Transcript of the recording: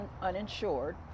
uninsured